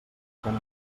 tant